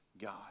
God